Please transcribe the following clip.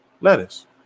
lettuce